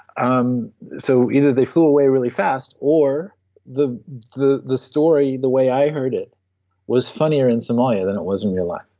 um so either they flew away really fast or the the story the way i heard it was funnier in somalia than it was in real life.